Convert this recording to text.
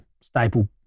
staple